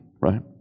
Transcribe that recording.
right